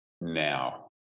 now